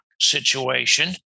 situation